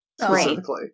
Specifically